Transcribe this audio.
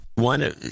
One